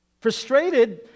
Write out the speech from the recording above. Frustrated